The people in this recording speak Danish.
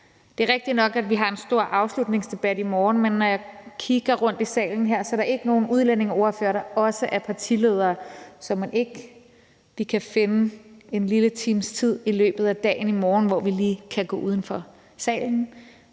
Det er rigtigt nok, at vi har en stor afslutningsdebat i morgen, men når jeg kigger rundt i salen her, er der ikke nogen udlændingeordførere, der også er partiledere, så mon ikke vi kan finde en lille times tid i løbet af dagen i morgen, hvor vi lige kan gå uden for salen